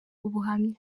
ubuhamya